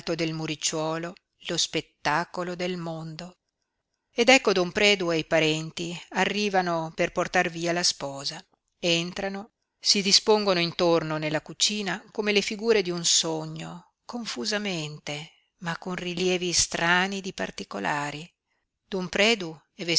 del muricciuolo lo spettacolo del mondo ed ecco don predu e i parenti arrivano per portar via la sposa entrano si dispongono intorno nella cucina come le figure di un sogno confusamente ma con rilievi strani di particolari don predu